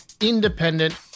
independent